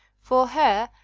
for her,